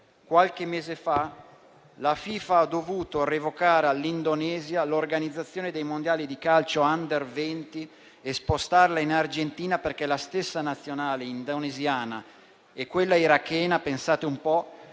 Qualche mese fa, la FIFA ha dovuto revocare all'Indonesia l'organizzazione dei mondiali di calcio *under* venti e spostarla in Argentina, perché la stessa nazionale indonesiana e quella irachena - pensate un po'